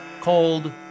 called